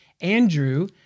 Andrew